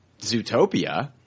Zootopia